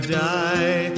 die